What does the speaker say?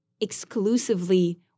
exclusively